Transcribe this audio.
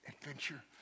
adventure